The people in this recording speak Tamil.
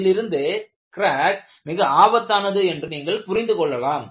இதிலிருந்து கிராக் மிக ஆபத்தானது என்று நீங்கள் புரிந்துகொள்ளலாம்